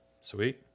Sweet